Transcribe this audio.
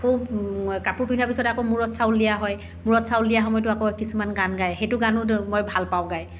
আকৌ কাপোৰ পিন্ধোৱা পিছত আকৌ মূৰত চাউল দিয়া হয় মূৰত চাউল দিয়া সময়তো আকৌ কিছুমান গান গায় সেইটো গানো মই ভাল পাওঁ গাই